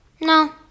No